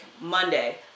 monday